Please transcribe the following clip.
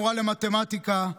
מורה למתמטיקה,